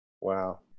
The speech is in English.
Wow